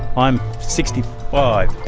i'm sixty five.